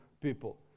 people